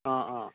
অঁ অঁ